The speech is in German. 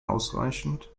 ausreichend